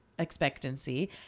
expectancy